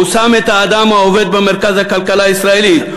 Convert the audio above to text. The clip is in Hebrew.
הוא שם את האדם העובד במרכז הכלכלה הישראלית.